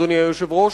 אדוני היושב-ראש,